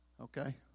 Okay